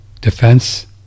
defense